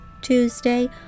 Tuesday